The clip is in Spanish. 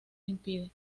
impide